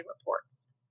Reports